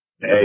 Hey